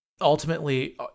Ultimately